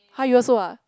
!huh! you also ah